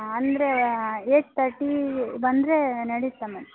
ಅಂದರೆ eight thirty ಬಂದರೆ ನಡ್ಯತ್ತೆ ಮ್ಯಾಮ್